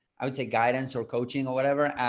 i would say guidance or coaching or whatever, and